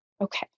Okay